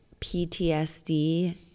PTSD